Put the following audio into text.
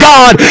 God